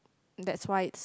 that's why it's